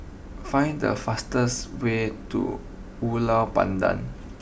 find the fastest way to Ulu Pandan